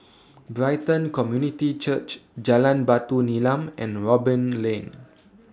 Brighton Community Church Jalan Batu Nilam and Robin Lane